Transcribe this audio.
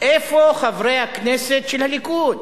איפה חברי הכנסת של הליכוד?